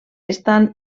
estan